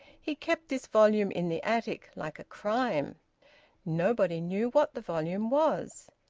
he kept this volume in the attic, like a crime nobody knew what the volume was.